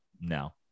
No